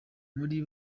muri